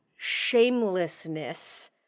shamelessness